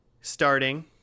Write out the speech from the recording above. starting